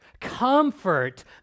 Comfort